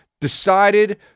decided